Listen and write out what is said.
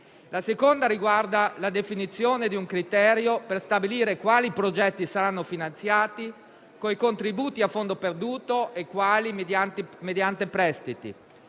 riflessione riguarda la definizione di un criterio per stabilire quali progetti saranno finanziati con i contributi a fondo perduto e quali mediante prestiti,